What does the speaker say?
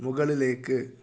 മുകളിലേക്ക്